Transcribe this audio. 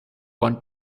one